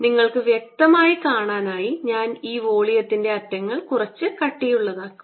നിങ്ങൾക്ക് വ്യക്തമായി കാണാനായി ഞാൻ ഈ വോളിയത്തിൻറെ അറ്റങ്ങൾ കുറച്ച് കട്ടിയുള്ളതാക്കും